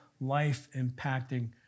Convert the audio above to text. life-impacting